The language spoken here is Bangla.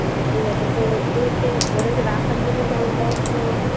আচ্ছা ঠিক আছে তো ওদেরকে ওদেরকে রাখার জন্য কেমন ব্যবস্থা নেওয়া হয়